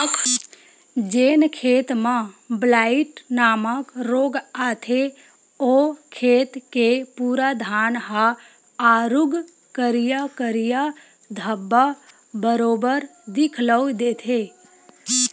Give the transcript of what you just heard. जेन खेत म ब्लाईट नामक रोग आथे ओ खेत के पूरा धान ह आरुग करिया करिया धब्बा बरोबर दिखउल देथे